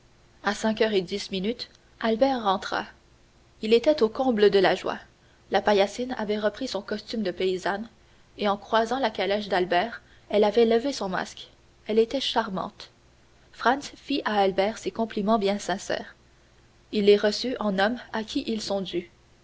à cinq heures dix minutes albert rentra il était au comble de la joie la paillassine avait repris son costume de paysanne et en croisant la calèche d'albert elle avait levé son masque elle était charmante franz fit à albert ses compliments bien sincères il les reçut en homme à qui ils sont dus